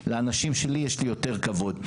לאנשים שלי יש לי יותר כבוד.